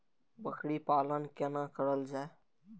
बकरी पालन केना कर जाय?